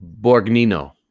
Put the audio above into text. Borgnino